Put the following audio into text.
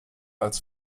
als